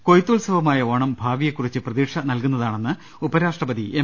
കൊയ്ത്തുൽസവമായ ഓണം ഭാവിയെക്കുറിച്ച് പ്രതീക്ഷ നൽകുന്നതാണെന്ന് ഉപരാഷ്ട്രപതി എം